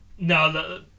No